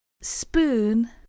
spoon